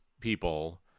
people